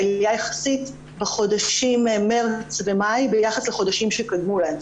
עלייה יחסית בחודשים מרץ ומאי ביחס לחודשים שקדמו להם.